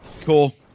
Cool